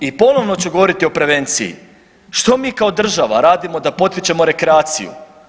I ponovno ću govoriti o prevenciji, što mi kao država radimo da potičemo rekreaciju?